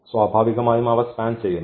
സ്വാഭാവികമായും അവ സ്പാൻ ചെയ്യുന്നു